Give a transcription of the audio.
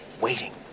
waiting